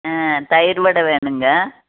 ஆ தயிர் வடை வேணுங்க